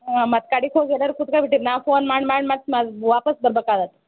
ಮತ್ತೆ ಕಡೀಗ್ ಹೋಗಿ ಎಲ್ಲಾದ್ರು ಕುತ್ಗಬಿಟ್ಟೀರಿ ನಾವು ಫೋನ್ ಮಾಡಿ ಮಾಡಿ ಮತ್ತೆ ಮಾರ್ ವಾಪಸ್ ಬರ್ಬಾಕಾಗತ್ತೆ